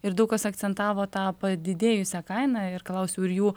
ir daug kas akcentavo tą padidėjusią kainą ir klausiu ir jų